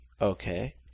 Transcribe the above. Okay